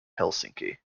helsinki